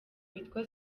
witwa